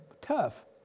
Tough